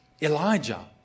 Elijah